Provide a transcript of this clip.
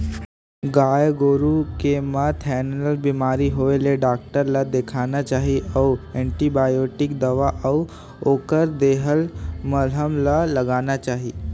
गाय गोरु के म थनैल बेमारी होय ले डॉक्टर ल देखाना चाही अउ एंटीबायोटिक दवा अउ ओखर देहल मलहम ल लगाना चाही